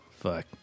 Fuck